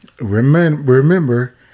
remember